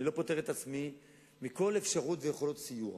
אני לא פוטר את עצמי מכל אפשרות ויכולת סיוע.